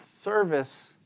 service